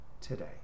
today